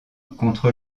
contre